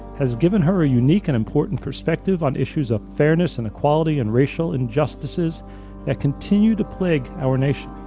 has given her a unique and important perspective on issues of fairness and equality and racial and justices that continue to plague our nation.